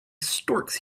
storks